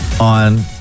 on